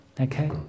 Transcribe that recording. Okay